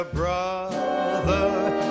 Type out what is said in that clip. brother